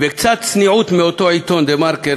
וקצת צניעות מאותו עיתון "דה-מרקר",